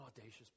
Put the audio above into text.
audacious